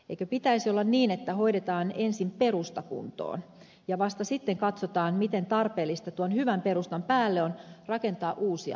eikö pitäisi olla niin että hoidetaan ensin perusta kuntoon ja vasta sitten katsotaan miten tarpeellista tuon hyvän perustan päälle on rakentaa uusia toimintatapoja